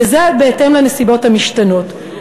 וזה בהתאם לנסיבות המשתנות.